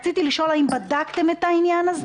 האם בדקתם זאת?